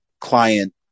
client